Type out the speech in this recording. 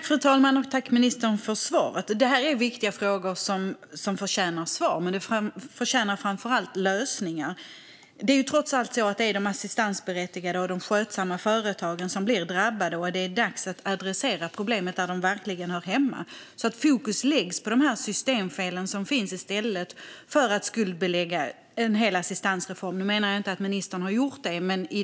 Fru talman! Jag tackar ministern för svaret. Det här är viktiga frågor som förtjänar svar. Men de förtjänar framför allt lösningar. Det är trots allt så att det är de assistansberättigade och de skötsamma företagen som blir drabbade. Det är dags att adressera problemen där de verkligen hör hemma, så att fokus läggs på de systemfel som finns i stället för att man skuldbelägger en hel assistansreform - vilket jag inte menar att ministern har gjort.